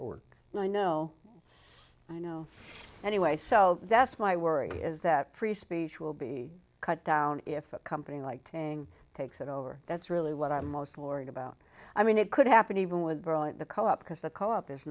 that work and i know i know anyway so yes my worry is that free speech will be cut down if a company like taking takes it over that's really what i'm most worried about i mean it could happen even with the co op because the co